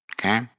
Okay